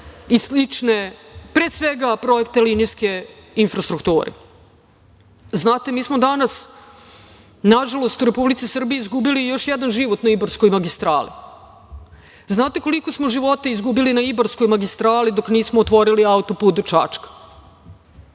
i slične, pre svega projekte linijske infrastrukture. Znate, mi smo danas, nažalost u Republici Srbiji izgubili još jedan život na Ibarskoj magistrali. Znate, koliko smo života izgubili na Ibarskoj magistrali dok nismo otvorili autoput do Čačka,